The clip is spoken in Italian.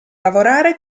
lavorare